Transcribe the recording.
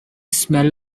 smell